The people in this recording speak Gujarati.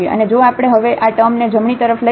અને જો આપણે હવે આ ટૅમને જમણી તરફ લઈએ